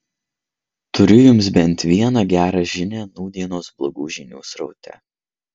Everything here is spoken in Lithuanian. turiu jums bent vieną gerą žinią nūdienos blogų žinių sraute